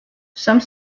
some